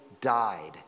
died